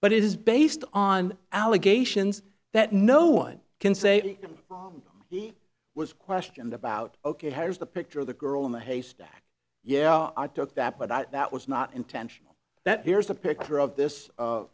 but it is based on allegations that no one can say he was questioned about ok here's the picture of the girl in the haystack yeah i took that but that was not intentional that here's a picture of this